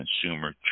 consumer